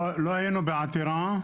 לא היינו בעתירה.